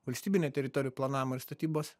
valstybinė teritorijų planavimo ir statybos